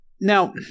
Now